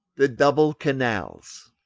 the double canals.